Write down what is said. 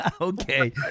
Okay